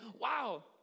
wow